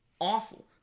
awful